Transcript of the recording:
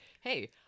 hey